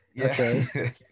Okay